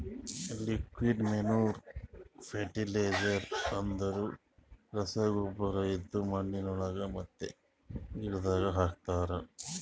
liquid manure fertiliser ಅಂದುರ್ ರಸಗೊಬ್ಬರ ಇದು ಮಣ್ಣಿನೊಳಗ ಮತ್ತ ಗಿಡದಾಗ್ ಹಾಕ್ತರ್